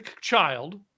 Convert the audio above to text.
child